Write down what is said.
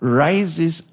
rises